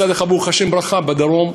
מצד אחד, ברוך השם, ברכה בדרום.